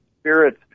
spirits